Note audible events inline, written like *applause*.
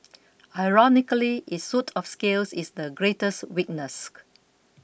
ironically its suit of scales is the greatest weakness *unintelligible*